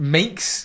makes